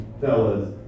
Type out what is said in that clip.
fellas